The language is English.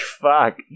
Fuck